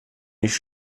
nicht